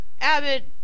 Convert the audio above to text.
Abbott